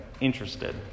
interested